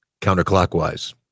counterclockwise